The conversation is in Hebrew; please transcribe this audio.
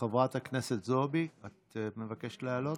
חברת הכנסת זועבי, את מבקשת לעלות?